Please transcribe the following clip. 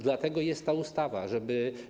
Dlatego jest ta ustawa, żeby.